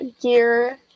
gear